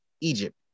Egypt